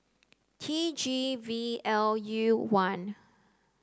T G V L U one